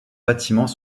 bâtiments